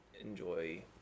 enjoy